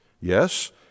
Yes